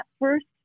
first